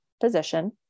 position